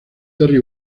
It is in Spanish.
terry